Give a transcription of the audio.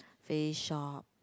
Faceshop